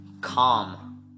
Calm